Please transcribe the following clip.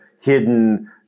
hidden